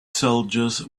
soldiers